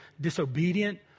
disobedient